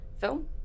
film